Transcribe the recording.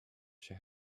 she